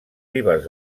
ribes